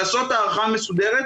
לעשות הערכה מסודרת,